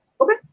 Okay